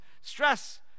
stress